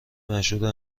مشهور